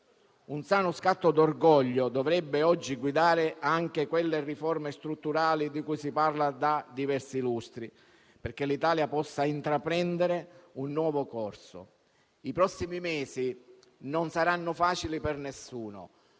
Un sano scatto d'orgoglio dovrebbe oggi guidare anche quelle riforme strutturali di cui si parla da diversi lustri, perché l'Italia possa intraprendere un nuovo corso. I prossimi mesi non saranno facili per nessuno,